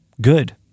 good